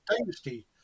dynasty